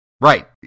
right